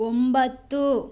ಒಂಬತ್ತು